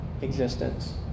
existence